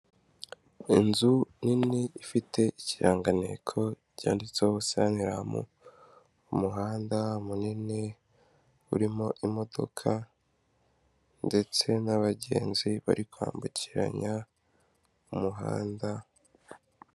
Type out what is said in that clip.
Inzu nini ifite ikiranganteko cyanditseho saniramu, umuhanda munini urimo imodoka, ndetse n'abagenzi bari kwambukiranya umuhanda.